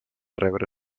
rebre